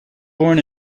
born